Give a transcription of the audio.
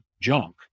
junk